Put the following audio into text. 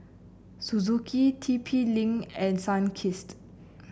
Suzuki T P Link and Sunkist